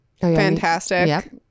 fantastic